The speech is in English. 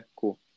cool